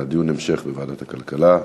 המשך בוועדת הכלכלה.